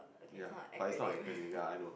ya but its not an acronym ya I know